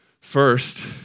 First